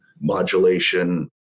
modulation